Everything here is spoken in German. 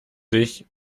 sich